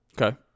Okay